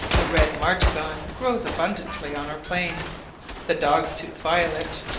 the red martagon grows abundantly on our plains the dog's tooth violet,